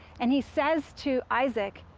and he says to isaac,